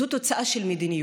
זו תוצאה של מדיניות.